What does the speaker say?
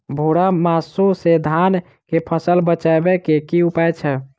भूरा माहू सँ धान कऽ फसल बचाबै कऽ की उपाय छै?